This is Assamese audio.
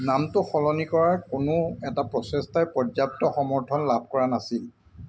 নামটো সলনি কৰাৰ কোনো এটা প্ৰচেষ্টাই পৰ্যাপ্ত সমৰ্থন লাভ কৰা নাছিল